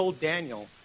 Daniel